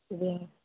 ଦିଅ